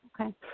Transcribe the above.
Okay